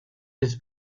has